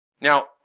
Now